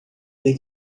ter